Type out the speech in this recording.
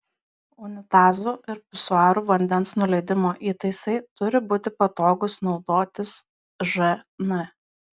unitazų ir pisuarų vandens nuleidimo įtaisai turi būti patogūs naudotis žn